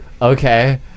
okay